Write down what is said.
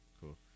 Cool